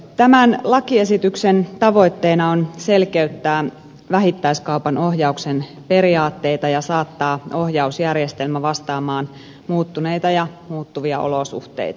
tämän lakiesityksen tavoitteena on selkeyttää vähittäiskaupan ohjauksen periaatteita ja saattaa ohjausjärjestelmä vastaamaan muuttuneita ja muuttuvia olosuhteita